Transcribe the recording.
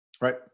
Right